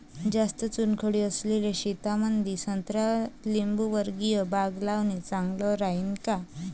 जास्त चुनखडी असलेल्या शेतामंदी संत्रा लिंबूवर्गीय बाग लावणे चांगलं राहिन का?